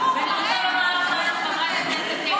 הרבה יותר גרוע, תתביישו לכם.